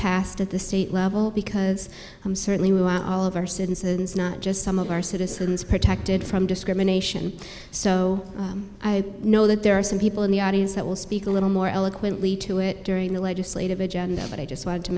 passed at the state level because i'm certainly we want all of our citizens not just some of our citizens protected from discrimination so i know that there are some people in the audience that will speak a little more eloquently to it during the legislative agenda but i